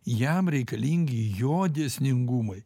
jam reikalingi jo dėsningumai